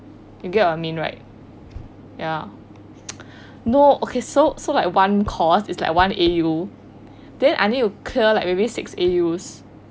you get what I mean right ya no okay so so like one course is like one A_U then I need to clear like maybe six A_U